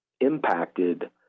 impacted